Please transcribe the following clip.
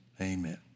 Amen